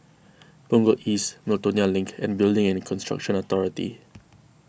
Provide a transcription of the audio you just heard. Punggol East Miltonia Link and Building and Construction Authority